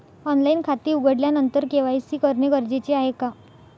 Online खाते उघडल्यानंतर KYC करणे गरजेचे आहे का?